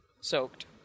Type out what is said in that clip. soaked